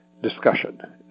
Discussion